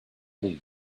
leave